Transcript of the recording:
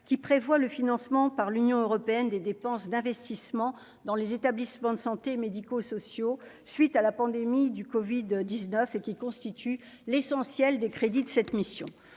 qui prévoit le financement par l'Union européenne des dépenses d'investissement dans les établissements de santé, médicaux, sociaux, suite à la pandémie du Covid 19 et qui constitue l'essentiel des crédits de cette mission